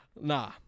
Nah